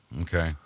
Okay